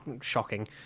Shocking